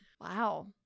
Wow